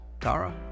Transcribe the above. Tara